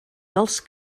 dels